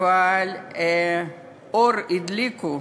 אור הדליקו,